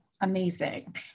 Amazing